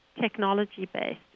technology-based